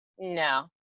No